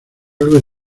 algo